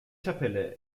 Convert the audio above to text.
tabelle